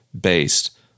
based